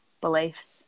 beliefs